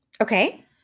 Okay